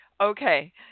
Okay